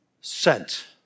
sent